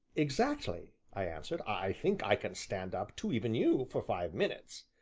exactly, i answered, i think i can stand up to even you for five minutes.